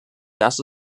das